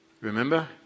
Remember